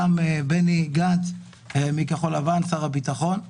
ובני גנץ שר הביטחון מכחול לבן.